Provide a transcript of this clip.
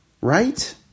right